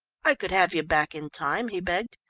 i could have you back in time, he begged.